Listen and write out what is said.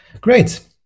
Great